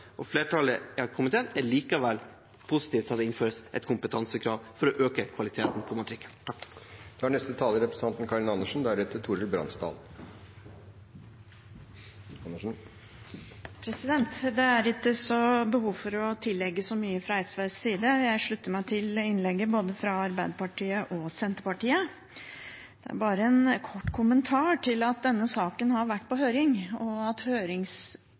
ansvaret. Flertallet i komiteen er likevel positive til at det innføres et kompetansekrav for å øke kvaliteten på matrikkelen. Det er ikke behov for å tillegge så mye fra SVs side. Jeg slutter meg til innlegget fra både Arbeiderpartiet og Senterpartiet. Det er bare en kort kommentar til at denne saken har vært på høring, og at